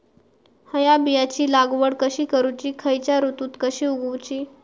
हया बियाची लागवड कशी करूची खैयच्य ऋतुत कशी उगउची?